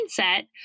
mindset